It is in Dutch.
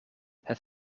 het